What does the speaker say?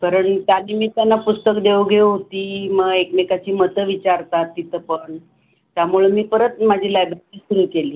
कारण निमित्तानं पुस्तक देवघेव होते मग एकमेकांची मतं विचारतात तिथं पण त्यामुळे मी परत माझी लायब्ररी सुरू केली